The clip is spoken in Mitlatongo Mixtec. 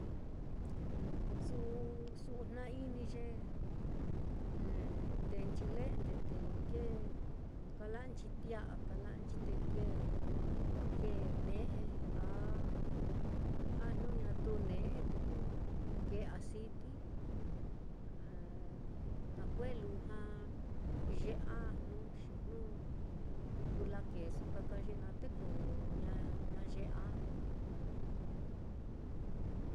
Su'u su'u jna-ini ye tenchi le'nde, te kee kala'anchi tia'a kala'anchi te kee, kee ne'e a a jnu ñatu ne'e te ko kee aciti na kue lujua yee ajnu, xi jnu kú lakeeso taka ye naá, te ko ña ña yee ajnu